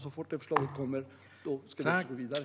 Så fort det förslaget kommer ska vi gå vidare.